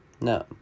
No